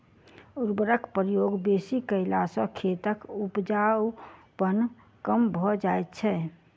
उर्वरकक प्रयोग बेसी कयला सॅ खेतक उपजाउपन कम भ जाइत छै